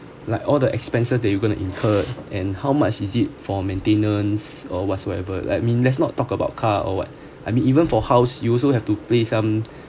like all the expenses that you going to incurred and how much is it for maintenance or whatsoever like mean let's not talk about car or what I mean even for house you also have to pay some